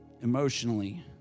emotionally